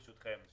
ברשותכם,